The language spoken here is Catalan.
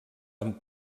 amb